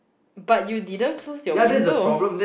but you didn't close your window